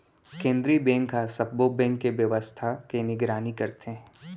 केंद्रीय बेंक ह सब्बो बेंक के बेवस्था के निगरानी करथे